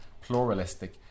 pluralistic